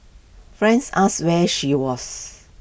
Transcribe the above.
friends asked where she was